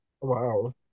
Wow